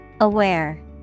Aware